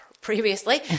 previously